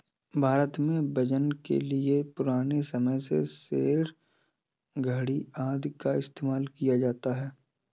भारत में वजन के लिए पुराने समय के सेर, धडी़ आदि का इस्तेमाल किया जाता था